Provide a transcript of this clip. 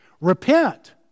Repent